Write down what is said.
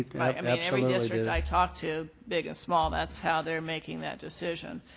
i mean every district i talk to, big and small, that's how they're making that decision.